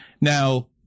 Now